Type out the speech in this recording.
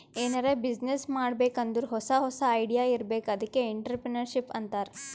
ಎನಾರೇ ಬಿಸಿನ್ನೆಸ್ ಮಾಡ್ಬೇಕ್ ಅಂದುರ್ ಹೊಸಾ ಹೊಸಾ ಐಡಿಯಾ ಇರ್ಬೇಕ್ ಅದ್ಕೆ ಎಂಟ್ರರ್ಪ್ರಿನರ್ಶಿಪ್ ಅಂತಾರ್